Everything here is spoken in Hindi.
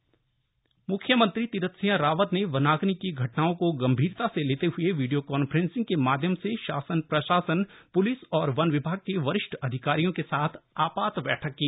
वनाग्नि सीएम म्ख्यमंत्री तीरथ सिंह रावत ने वनाग्नि की घटनाओं को गम्भीरता से लेते हुए वीडियो कान्फ्रेंसिंग के माध्यम से शासन प्रशासन प्लिस और वन विभाग के वरिष्ठ अधिकारियों के साथ आपात बैठक की